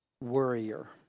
worrier